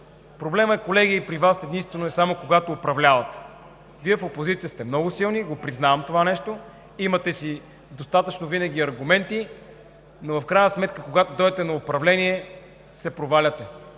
Проблемът, колеги, при Вас е единствено само когато управлявате. Вие в опозиция сте много силни, и признавам това нещо, винаги си имате достатъчно аргументи, но в крайна сметка, когато дойдете да управлявате, се проваляте,